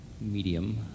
medium